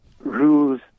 rules